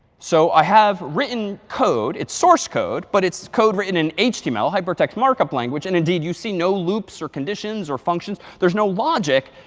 so i have written code. it's source code, but it's code written in html hypertext markup language. and indeed, you see no loops or conditions or functions. there's no logic.